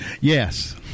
Yes